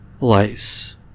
lice